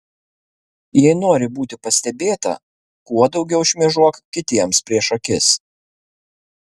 jei nori būti pastebėta kuo daugiau šmėžuok kitiems prieš akis